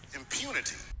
impunity